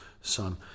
son